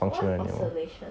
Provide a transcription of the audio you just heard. what's oscillation